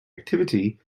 activity